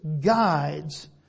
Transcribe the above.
guides